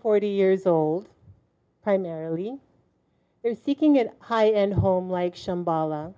forty years old primarily they're seeking a high end home like shambala